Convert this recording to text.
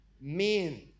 men